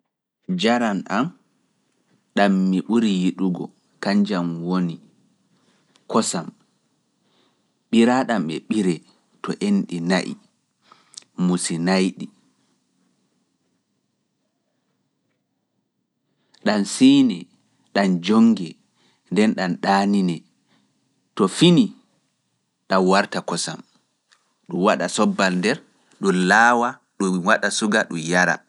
Njaram am ɗam mi ɓuri yiɗugo, kanjam woni, kosam. Biraaɗam e ɓiree, to enɗi na'i, musinaydi ɗam ɗaanine, to fini ɗam warta kosam ɗum waɗa sobbal nder ɗum laawa ɗum waɗa suga ɗum yara